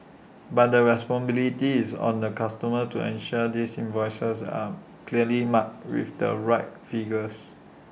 but the is on the customers to ensure these invoices are clearly marked with the right figures